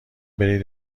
برید